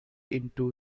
into